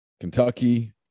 Kentucky